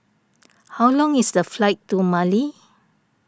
how long is the flight to Mali